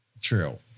True